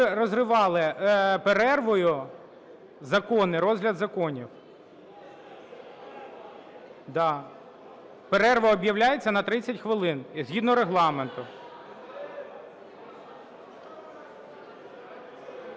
Ми розривали перервою закони, розгляд законів. Да, перерва об'являється на 30 хвилин згідно Регламенту.